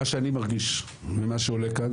מה שאני מרגיש ומה שעולה כאן,